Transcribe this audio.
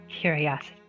curiosity